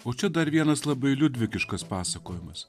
o čia dar vienas labai liudvikiškas pasakojimas